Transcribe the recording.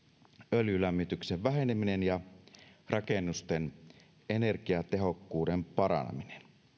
öljylämmityksen väheneminen ja rakennusten energiatehokkuuden paraneminen